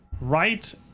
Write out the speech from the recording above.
right